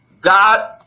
God